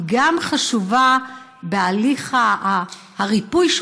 היא חשובה גם בהליך הריפוי,